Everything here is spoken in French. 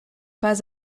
pas